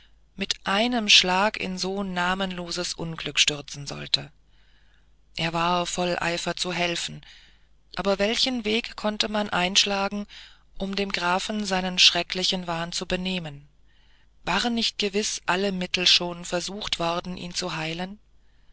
mit einem schlage in so namenloses unglück stürzen sollte er war voll eifer zu helfen aber welchen weg konnte man einschlagen um dem grafen seinen schrecklichen wahn zu benehmen waren nicht gewiß alle mittel schon versucht worden ihn zu heilen